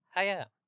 Hiya